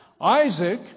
Isaac